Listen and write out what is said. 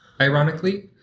ironically